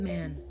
Man